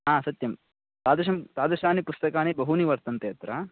आम् सत्यं तादृशं तादृशानि पुस्तकानि बहूनि वर्तन्ते अत्र